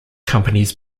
companies